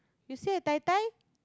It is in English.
you say tie tie